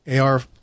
AR